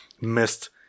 missed